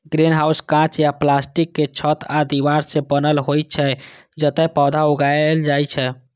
greenhouse कांच या प्लास्टिकक छत आ दीवार सं बनल होइ छै, जतय पौधा उगायल जाइ छै